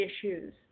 issues